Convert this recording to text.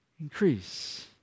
increase